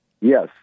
Yes